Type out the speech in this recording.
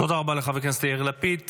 תודה רבה לחבר הכנסת יאיר לפיד.